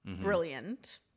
brilliant